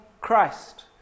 Christ